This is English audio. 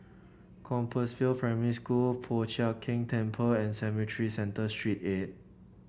Compassvale Primary School Po Chiak Keng Temple and Cemetry Central Saint Eight